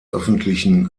öffentlichen